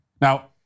Now